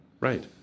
Right